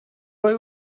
boy